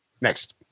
next